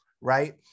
right